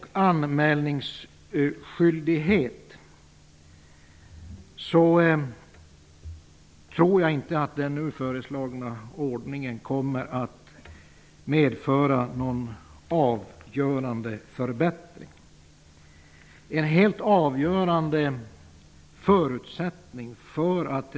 Jag tror inte att den nu föreslagna ordningen kommer att medföra någon väsentlig förbättring när det gäller registrerings och anmälningsskyldighet.